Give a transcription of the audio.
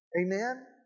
Amen